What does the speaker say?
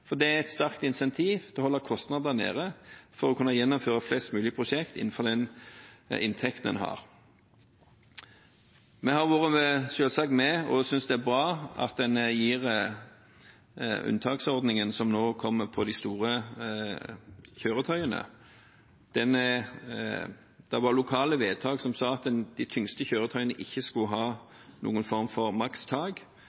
for det er et sterkt incentiv til å holde kostnadene nede for å kunne gjennomføre flest mulig prosjekt innenfor den inntekt en har. Vi har selvsagt vært med, og synes det er bra at en gir den unntaksordningen som nå kommer for de store kjøretøyene. Det var lokale vedtak som sa at de tyngste kjøretøyene ikke skulle